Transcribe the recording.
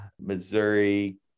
Missouri